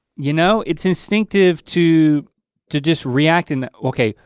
you know it's instinctive to to just react and okay.